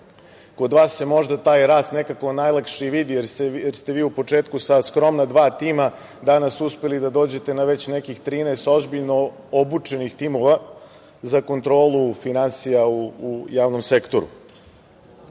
vas se možda taj rast nekako najlakše vidi, jer ste vi u početku sa skromna dva tima danas uspeli da dođete na već nekih 13 ozbiljno obučenih timova za kontrolu finansija u javnom sektoru. Svakako